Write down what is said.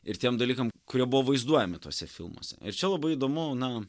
ir tiem dalykam kurie buvo vaizduojami tuose filmuose ir čia labai įdomu na